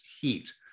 heat